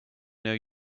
know